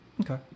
Okay